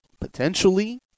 potentially